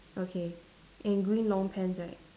okay and green long pants right